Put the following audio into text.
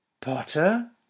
Potter